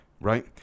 right